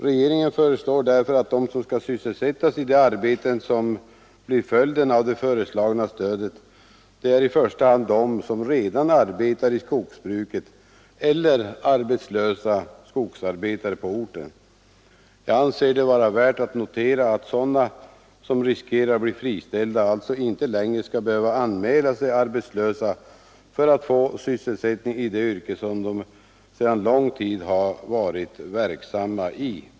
Regeringen föreslår därför att i första hand de som redan arbetar inom skogsbruket eller arbetslösa skogsarbetare på orten skall sysselsättas i de arbeten som tillkommer genom det föreslagna stödet. Jag anser det vara värt att notera att sådana som riskerar att bli friställda inte längre skall behöva anmäla sig som arbetslösa för att få sysselsättning i det yrke som de sedan lång tid har varit verksamma i.